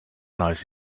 nice